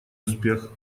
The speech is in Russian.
успех